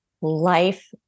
life